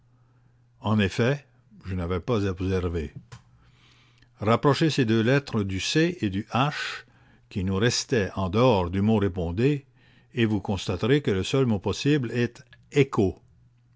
en effet je n'avais pas observé rapprochez ces deux lettres du c et de l'h qui nous restaient en dehors du mot répondez et vous constaterez que le seul mot possible est echo